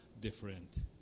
different